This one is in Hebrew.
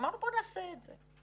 אמרנו: בוא נעשה את זה.